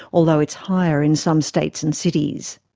although it's higher in some states and cities.